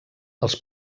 els